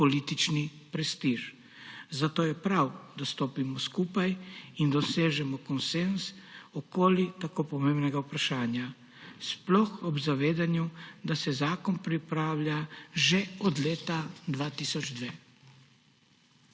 politični prestiž. Zato je prav, da stopimo skupaj in dosežemo konsenz okoli tako pomembnega vprašanja, sploh ob zavedanju, da se zakon pripravlja že od leta 2002.